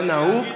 היה נהוג,